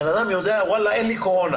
הבן יודע שאין לו קורונה.